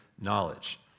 knowledge